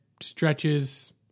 stretches